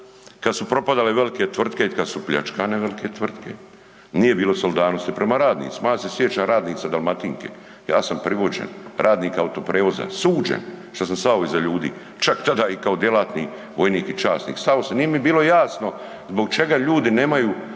kad su propadale velike tvrtke i kad su pljačkane velike tvrtke nije bilo solidarnosti prema radnicima. Ja se sjećam radnice Dalmatinke ja sam privođen, radnik Autoprijevoza, suđen što sam stao iza ljudi, čak tada i kao djelatni vojnik i časnik, stao sam, nije mi bilo jasno zbog čega ljudi nemaju